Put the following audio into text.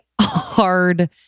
hard